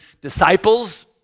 disciples